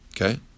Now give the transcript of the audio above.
okay